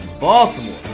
Baltimore